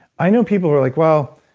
i know people are like, well,